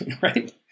right